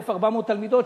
1,400 תלמידות.